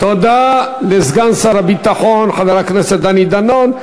תודה לסגן שר הביטחון, חבר הכנסת דני דנון.